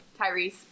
Tyrese